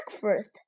breakfast